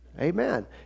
Amen